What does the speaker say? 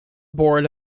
board